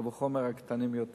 וקל וחומר הקטנים יותר.